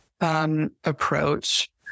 approach